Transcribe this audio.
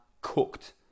cooked